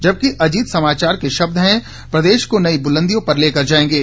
जबकि अजीत समाचार के शब्द हैं प्रदेश को नई बुलंदियों पर लेकर जाएंगे